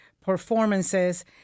performances